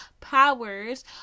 powers